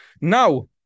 Now